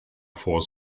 force